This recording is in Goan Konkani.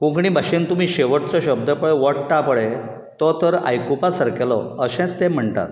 कोंकणी भाशेन तुमी शेवटचो शब्द पळय ओडटा पळय तो तर आयकुपा सारकेलो अशेंच ते म्हणटात